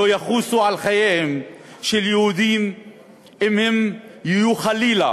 לא יחוסו על חייהם של יהודים אם תהיה להם חלילה